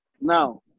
Now